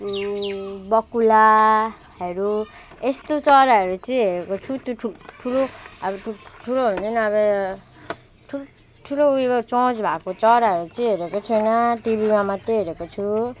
बकुलाहरू यस्तो चराहरू चाहिँ हेरेको छु त्यो ठुल्ठुलो अब ठुल्ठुलो हुन्छ नि अब यो ठुल्ठुलो उयो चोच भएको चराहरू चाहिँ हेरेको छैन टिभीमा मात्रै हेरेको छु